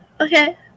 Okay